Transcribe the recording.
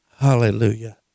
Hallelujah